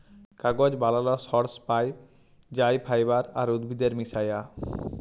কাগজ বালালর সর্স পাই যাই ফাইবার আর উদ্ভিদের মিশায়া